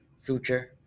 future